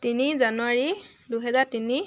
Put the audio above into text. তিনি জানুৱাৰী দুহেজাৰ তিনি